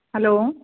hello